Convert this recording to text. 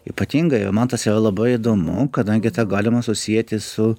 ypatingai man tas yra labai įdomu kadangi tą galima susieti su